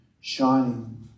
shining